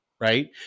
right